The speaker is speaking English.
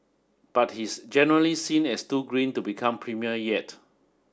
but he's generally seen as too green to become premier yet